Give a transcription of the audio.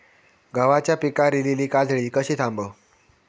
गव्हाच्या पिकार इलीली काजळी कशी थांबव?